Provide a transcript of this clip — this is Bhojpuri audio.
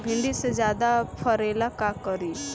भिंडी के ज्यादा फरेला का करी?